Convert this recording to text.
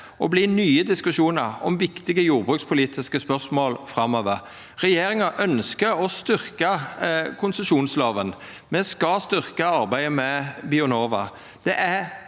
verta nye diskusjonar om viktige jordbrukspolitiske spørsmål framover. Regjeringa ønskjer å styrkja konsesjonsloven. Me skal styrkja arbeidet med Bionova.